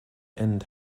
and